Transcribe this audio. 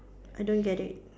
I don't get it